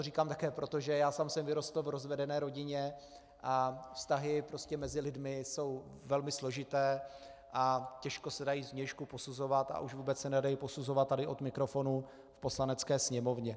Říkám to také proto, že já sám jsem vyrostl v rozvedené rodině a vztahy prostě mezi lidmi jsou velmi složité a těžko se dají zvnějšku posuzovat, a už vůbec se nedají posuzovat tady od mikrofonu v Poslanecké sněmovně.